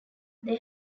they